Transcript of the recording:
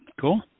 Cool